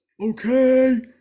Okay